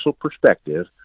perspective